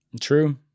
True